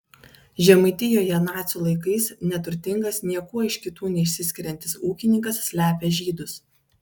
žemaitijoje nacių laikais neturtingas niekuo iš kitų neišsiskiriantis ūkininkas slepia žydus